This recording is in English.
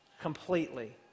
completely